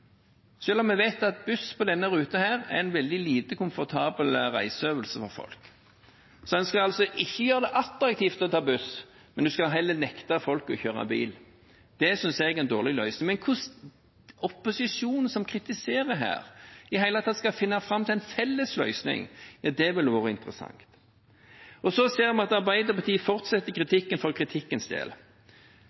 om jeg vet at buss på denne ruten er en veldig lite komfortabel reiseøvelse for folk. En skal altså ikke gjøre det attraktivt å ta buss, men heller nekte folk å kjøre bil. Det synes jeg er en dårlig løsning. Men hvordan opposisjonen, som kritiserer her, i det hele tatt skal finne fram til en felles løsning, hadde vært interessant å vite. Så ser vi at Arbeiderpartiet fortsetter kritikken for kritikkens del.